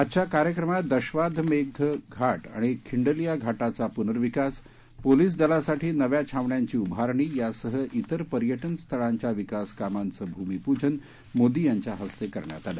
आजच्या कार्यक्रमात दशाश्वमेध घाट आणि खिडकीया घाटाचा पुनर्विकास पोलीस दलासाठी नव्या छावण्यांची उभारणी यासह तिर पर्यटन स्थळांच्या विकासकामांचं भूमिपूजन मोदी यांच्या हस्ते करण्यात आलं